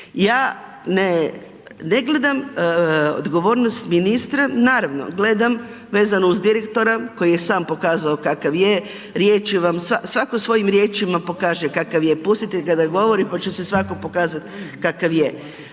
Ja ne gledam odgovornost ministra, naravno gledam uz direktora koji je sam pokazao kakav je, riječi vam, svako svojim riječima pokaže kakav je, pustite ga da govori pa će se svako pokazat kakav je.